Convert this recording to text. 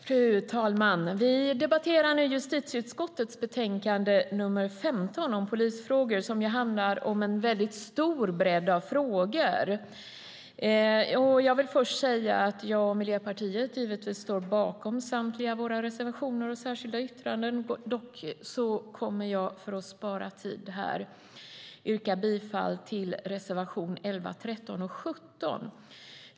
Fru talman! Vi debatterar nu justitieutskottets betänkande nr 15 om polisfrågor, som handlar om en stor bredd av frågor. Jag vill först säga att jag och Miljöpartiet givetvis står bakom samtliga våra reservationer och särskilda yttranden. Dock kommer jag för att spara tid att yrka bifall endast till reservationerna nr 11, 13 och 17.